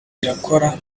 irakora